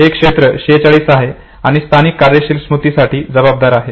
हे क्षेत्र 46 आहे आणि हे स्थानिक कार्यशील स्मृतीसाठी जबाबदार आहे